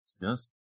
Yes